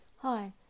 Hi